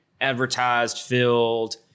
advertised-filled